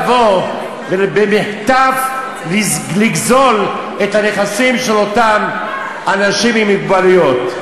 ואי-אפשר לבוא ובמחטף לגזול את הנכסים של אותם אנשים עם מוגבלויות.